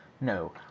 No